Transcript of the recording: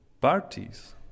parties